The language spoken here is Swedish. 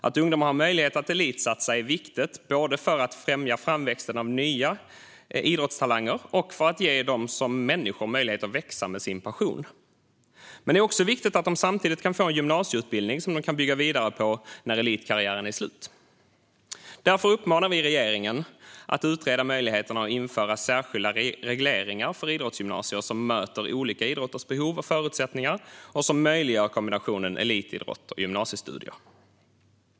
Att ungdomar har möjlighet att elitsatsa är viktigt, både för att främja framväxten av nya idrottstalanger och för att ge dem som människor möjlighet att växa med sin passion. Men det är också viktigt att de samtidigt kan få en gymnasieutbildning som de kan bygga vidare på när elitkarriären är slut. Därför uppmanar vi regeringen att utreda möjligheterna att införa särskilda regleringar för idrottsgymnasier som möter olika idrotters behov och förutsättningar och som möjliggör kombinationen elitidrott och gymnasiestudier.